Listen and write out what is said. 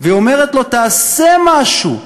והיא אומרת לו: תעשה משהו,